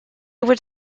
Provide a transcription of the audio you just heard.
would